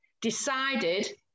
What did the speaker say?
decided